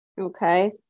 okay